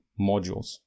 modules